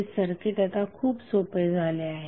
हे सर्किट आता खूप सोपे झाले आहे